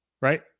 right